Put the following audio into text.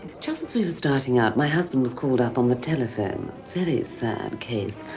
just as we were starting out, my husband was called up on the telephone. very sad case.